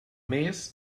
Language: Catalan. més